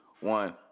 one